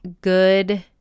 good